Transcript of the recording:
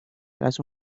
tras